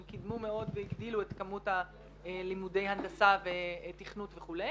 הן קידמו מאוד והגדילו את לימודי הנדסה ותכנות וכו'.